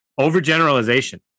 Overgeneralization